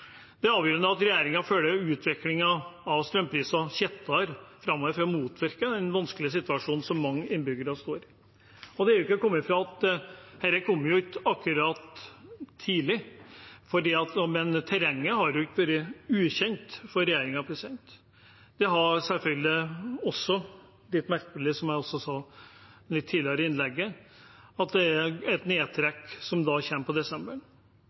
Det er avgjørende at regjeringen følger utviklingen av strømprisen tettere framover for å motvirke den vanskelige situasjonen som mange innbyggere står i. Det er ikke til å komme fra at dette ikke akkurat kom tidlig, for terrenget har jo ikke vært ukjent for regjeringen. Som jeg sa tidligere i innlegget, er det litt merkelig at det er et nedtrekk som da kommer i desember. Ja, det er selvfølgelig bra for folk at det kommer noe, men jeg er svært usikker på